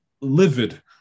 livid